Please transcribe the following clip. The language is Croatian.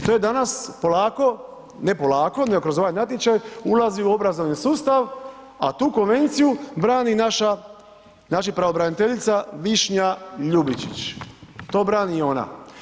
To je danas polako, ne polako, nego kroz ovaj natječaj ulazi u obrazovni sustav, a tu konvenciju brani naša, znači pravobraniteljica Višnja Ljubičić, to brani ona.